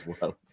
world